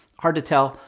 hard to tell,